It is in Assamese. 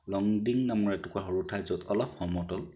লংডিং নামৰ এটুকুৰা সৰু ঠাই য'ত অলপ সমতল